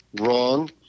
wrong